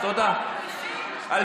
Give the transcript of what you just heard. תודה לחברת הכנסת סטרוק.